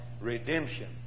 redemption